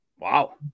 Wow